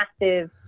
massive